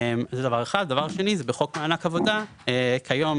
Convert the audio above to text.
הדבר השני: בחוק מענק עבודה, כיום